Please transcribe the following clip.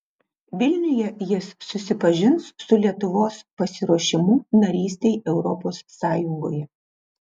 vilniuje jis susipažins su lietuvos pasiruošimu narystei europos sąjungoje